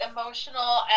emotional